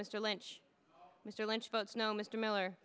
mr lynch mr lynch votes no mr miller